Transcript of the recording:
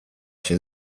się